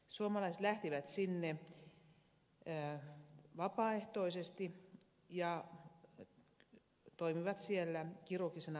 suomalaiset lähtivät sinne vapaaehtoisesti ja toimivat siellä kirurgisena ensihoitoyksikkönä